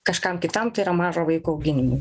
kažkam kitam tai yra mažo vaiko auginimui